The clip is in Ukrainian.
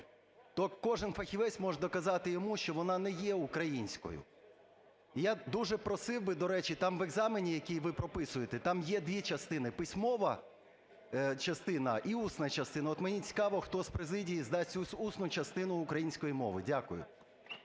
то кожен фахівець може доказати йому, що вона не є українською. І я дуже просив би, до речі, там в екзамені, який ви прописуєте, там є дві частини, письмова частина і усна частина, от мені цікаво, хто з президії здасть усну частину української мови. Дякую.